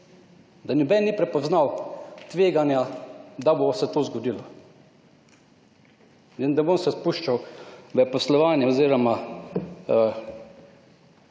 Da noben ni prepoznal tveganja, da bo se to zgodilo. Ne bom se spuščal v poslovanje oziroma